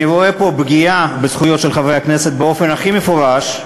אני רואה פה פגיעה בזכויות של חברי הכנסת באופן הכי מפורש.